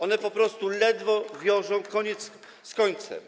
One po prostu ledwo wiążą koniec z końcem.